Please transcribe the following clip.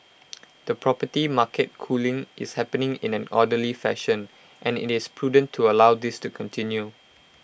the property market cooling is happening in an orderly fashion and IT is prudent to allow this to continue